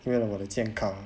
为了我的健康